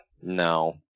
No